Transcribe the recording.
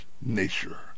nature